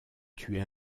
tuait